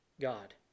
God